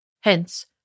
Hence